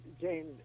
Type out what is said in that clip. Jane